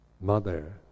mother